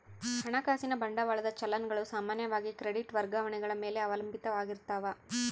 ಹಣಕಾಸಿನ ಬಂಡವಾಳದ ಚಲನ್ ಗಳು ಸಾಮಾನ್ಯವಾಗಿ ಕ್ರೆಡಿಟ್ ವರ್ಗಾವಣೆಗಳ ಮೇಲೆ ಅವಲಂಬಿತ ಆಗಿರ್ತಾವ